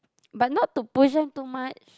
but not to push them too much